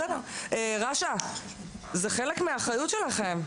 רש"א, זה חלק מהאחריות שלכם.